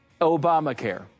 obamacare